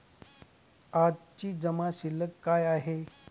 आजची जमा शिल्लक काय आहे?